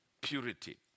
purity